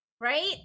Right